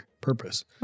purpose